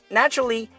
naturally